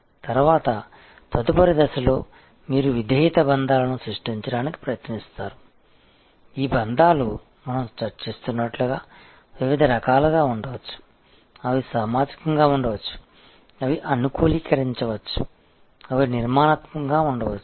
తరువాత తదుపరి దశలో మీరు విధేయత బంధాలను సృష్టించడానికి ప్రయత్నిస్తారు ఈ బంధాలు మనం చర్చిస్తున్నట్లుగా వివిధ రకాలుగా ఉండవచ్చు అవి సామాజికంగా ఉండవచ్చు అవి అనుకూలీకరించవచ్చు అవి నిర్మాణాత్మకంగా ఉండవచ్చు